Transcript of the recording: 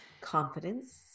confidence